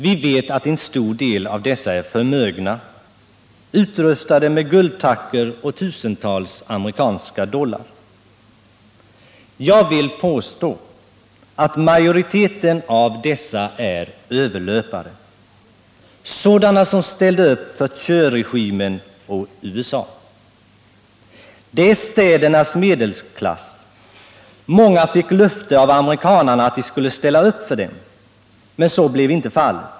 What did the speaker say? Vi vet att en stor del av dem är förmögna, utrustade med guldtackor och tusentals amerikanska dollar. Jag vill påstå att majoriteten av dessa är överlöpare, sådana som ställde upp för Thieuregimen och USA. Det är städernas medelklass. Många fick löfte av amerikanarna att de skulle ställa upp för dem. Men så blev inte fallet.